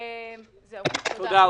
תודה.